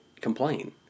complain